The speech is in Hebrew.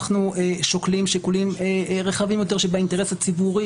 אנחנו שוקלים שיקולים רחבים יותר שבאינטרס הציבורי,